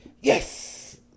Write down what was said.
Yes